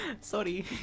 Sorry